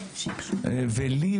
לי,